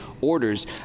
orders